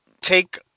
take